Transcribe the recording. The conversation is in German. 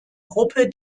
gruppe